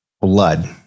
blood